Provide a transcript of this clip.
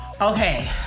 Okay